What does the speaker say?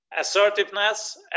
assertiveness